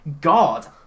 God